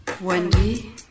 Wendy